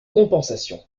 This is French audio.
compensation